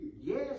Yes